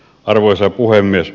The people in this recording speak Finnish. arvoisa puhemies